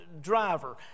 driver